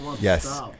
Yes